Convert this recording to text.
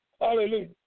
Hallelujah